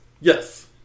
Yes